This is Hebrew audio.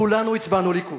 כולנו הצבענו ליכוד.